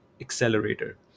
accelerator